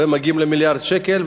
ומגיעים למיליארד שקל,